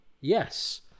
yes